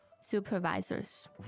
Supervisors